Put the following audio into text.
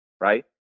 right